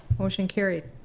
motion carried.